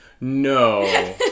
No